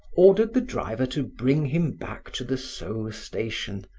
ordered the driver to bring him back to the sceaux station,